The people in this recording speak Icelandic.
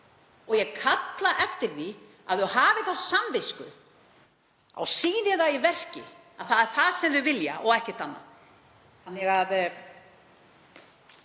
Og ég kalla eftir því að þau hafi þá samvisku að þau sýni það í verki að það sé það sem þau vilja og ekkert annað.